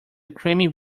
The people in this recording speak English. creamy